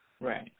Right